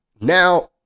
Now